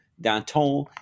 Danton